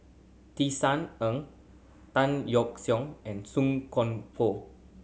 Tisa Ng Tan Yeok Seong and Song Koon Poh